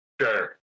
Sure